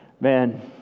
Man